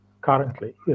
currently